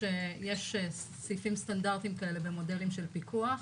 יש סעיפים סטנדרטיים כאלה במודלים של פיקוח,